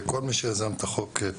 יבורך כל מי שיזם את החוק.